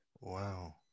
Wow